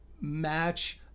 match